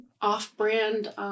off-brand